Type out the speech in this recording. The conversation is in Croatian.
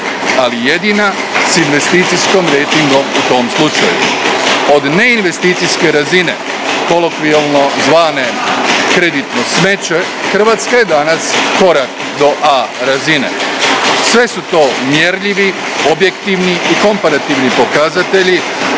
ali jedina s investicijskim rejtingom u tom slučaju. Od neinvesticijske razine, kolokvijalno zvane kreditno smeće – Hrvatska je danas korak do A razine. Sve su to mjerljivi, objektivni i komparativni pokazatelji